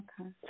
Okay